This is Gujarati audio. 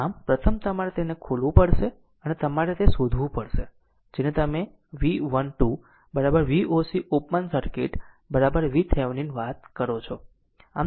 આમ પ્રથમ તમારે તેને ખોલવું પડશે અને તમારે તે શોધવું પડશે જેને તમે V 1 2 Voc open circuit VThevenin વાત કરો છો